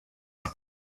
what